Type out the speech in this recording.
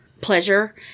pleasure